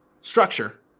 structure